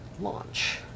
launch